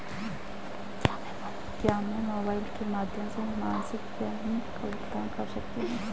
क्या मैं मोबाइल के माध्यम से मासिक प्रिमियम का भुगतान कर सकती हूँ?